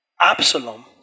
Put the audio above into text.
Absalom